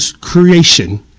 creation